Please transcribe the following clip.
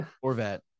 corvette